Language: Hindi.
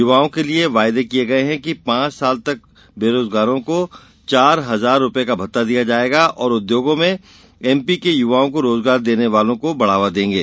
युवाओं लिये वायदे किये गये हैं कि पांच साल तक बेरोजगारों को चार हजार रुपए का भत्ता दिया जायेगा और उद्योगों में एमपी के युवाओं को रोजगार देने वालों को बढ़ावा देंगे